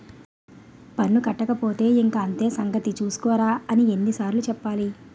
పన్ను కట్టకపోతే ఇంక అంతే సంగతి చూస్కోరా అని ఎన్ని సార్లు చెప్పాలి